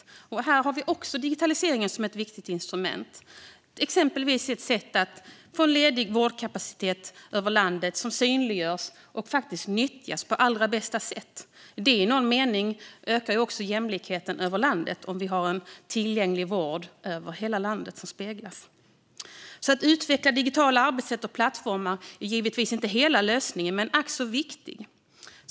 Även här är digitaliseringen ett viktigt instrument, exempelvis när det gäller att synliggöra och nyttja ledig vårdkapacitet över landet på allra bästa sätt. En tillgänglig vård ökar i någon mening också jämlikheten över landet. Att utveckla digitala arbetssätt och plattformar är givetvis inte hela lösningen men ack så viktig.